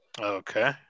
Okay